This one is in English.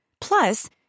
Plus